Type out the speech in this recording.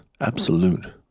absolute